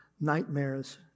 nightmares